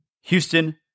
Houston